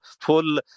full